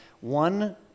one